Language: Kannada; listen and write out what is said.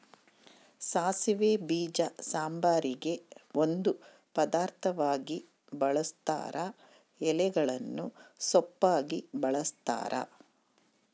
ಸಾಸಿವೆ ಬೀಜ ಸಾಂಬಾರಿಗೆ ಒಂದು ಪದಾರ್ಥವಾಗಿ ಬಳುಸ್ತಾರ ಎಲೆಗಳನ್ನು ಸೊಪ್ಪಾಗಿ ಬಳಸ್ತಾರ